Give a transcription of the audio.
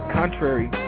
contrary